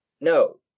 No